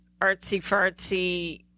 artsy-fartsy